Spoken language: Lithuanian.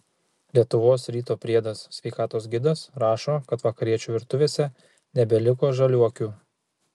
lietuvos ryto priedas sveikatos gidas rašo kad vakariečių virtuvėse nebeliko žaliuokių